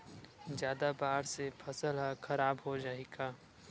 जादा बाढ़ से फसल ह खराब हो जाहि का?